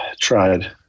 Tried